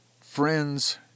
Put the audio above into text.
friends